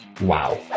wow